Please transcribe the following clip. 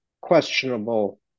questionable